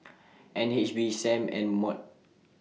N H B SAM and Mod